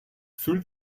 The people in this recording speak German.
fühlt